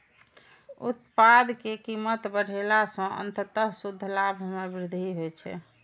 उत्पाद के कीमत बढ़ेला सं अंततः शुद्ध लाभ मे वृद्धि होइ छै